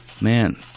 Man